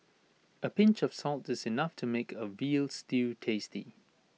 A pinch of salt is enough to make A Veal Stew tasty